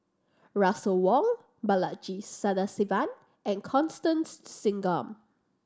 Russel Wong Balaji Sadasivan and Constance Singam